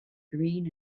green